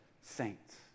saints